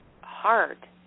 hard